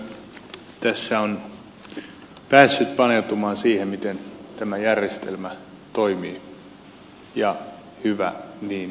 kyllä tässä on päässyt paneutumaan siihen miten tämä järjestelmä toimii ja hyvä niin